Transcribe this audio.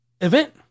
event